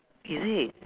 is it